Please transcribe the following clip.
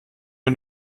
wir